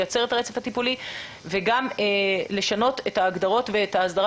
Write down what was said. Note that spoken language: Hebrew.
לייצר את הרצף הטיפולי וגם לשנות את ההגדרות ואת ההסדרה